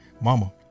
mama